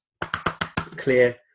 clear